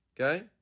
Okay